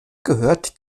gehört